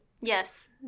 Yes